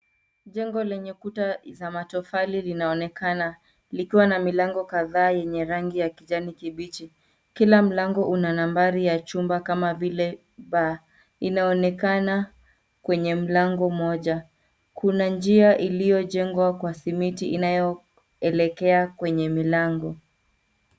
Jengo lenye kuta za matofali linaonekana likiwa na milango kadhaa yenye rangi ya kijani kibichi. Kila mlango una nambari ya chumba kama vile B, Inaonekana kwenye mlango moja. Kuna njia iliyojengwa kwa simiti inayoelekea kwa milango.